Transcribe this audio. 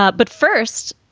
but but first,